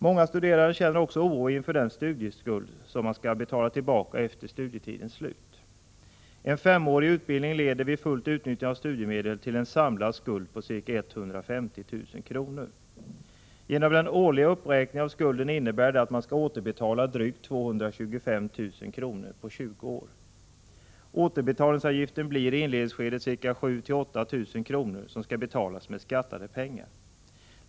Många studerande känner också oro inför den studieskuld som man skall betala tillbaka efter studietidens slut. En femårig utbildning leder vid fullt utnyttjande av studiemedel till en samlad skuld på ca 150 000 kr. Genom den årliga uppräkningen av skulden innebär det att man skall återbetala drygt 225 000 kr. på 20 år. Återbetalningsavgiften blir i inledningsskedet ca 7 000-8 000 kr. som skall betalas med skattade pengar.